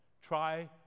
Try